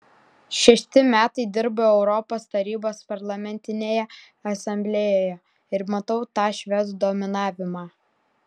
šešti metai dirbu europos tarybos parlamentinėje asamblėjoje ir matau tą švedų dominavimą